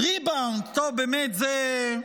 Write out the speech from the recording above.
ריבאונד, טוב, באמת, זה,